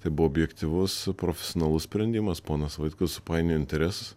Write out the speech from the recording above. tai buvo objektyvus profesionalus sprendimas ponas vaitkus supainiojo interesus